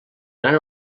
gran